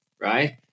right